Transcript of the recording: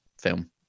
film